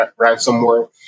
ransomware